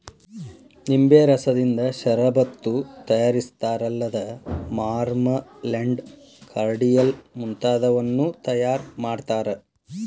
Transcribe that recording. ನಿಂಬೆ ರಸದಿಂದ ಷರಬತ್ತು ತಯಾರಿಸ್ತಾರಲ್ಲದ ಮಾರ್ಮಲೆಂಡ್, ಕಾರ್ಡಿಯಲ್ ಮುಂತಾದವನ್ನೂ ತಯಾರ್ ಮಾಡ್ತಾರ